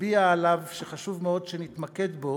הצביעה עליו ואמרה שחשוב מאוד שנתמקד בו